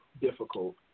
difficult